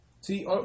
See